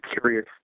curious